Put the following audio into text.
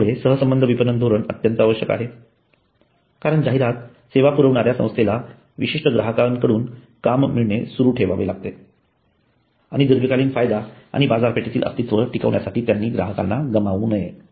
त्यामुळे सहसंबध विपणन धोरण अत्यंत आवश्यक आहे कारण जाहिरात सेवा पुरविणाऱ्या संस्थेला विशिष्ट ग्राहकांकडून काम मिळणे सुरू ठेवावे लागते आणि दीर्घकालीन फायदा आणि बाजारपेठेतील अस्तित्व टिकाऊ ठेवण्यासाठी त्यांनी ग्राहकांना गमावू नये